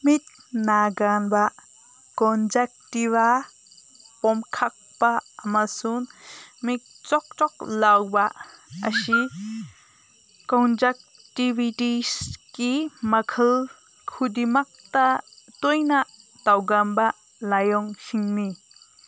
ꯃꯤꯠ ꯅꯥꯒꯟꯕ ꯀꯣꯟꯖꯦꯛꯇꯤꯚꯥ ꯄꯣꯝꯈꯠꯄ ꯑꯃꯁꯨꯡ ꯃꯤꯠ ꯆꯣꯠ ꯆꯣꯠ ꯂꯥꯎꯕ ꯑꯁꯤ ꯀꯣꯟꯖꯦꯛꯇꯤꯕꯤꯇꯤꯁꯀꯤ ꯃꯈꯜ ꯈꯨꯗꯤꯡꯃꯛꯇ ꯇꯣꯏꯅ ꯇꯧꯒꯟꯕ ꯂꯥꯏꯑꯣꯡꯁꯤꯡꯅꯤ